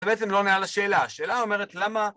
בעצם לא עונה על שאלה, השאלה אומרת למה